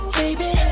baby